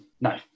No